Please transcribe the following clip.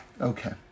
Okay